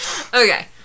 Okay